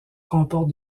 comporte